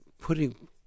putting